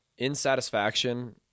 insatisfaction